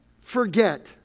forget